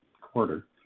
quarter